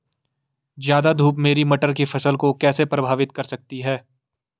ज़्यादा धूप मेरी मटर की फसल को कैसे प्रभावित कर सकती है?